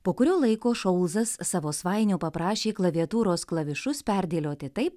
po kurio laiko šolzas savo svainio paprašė klaviatūros klavišus perdėlioti taip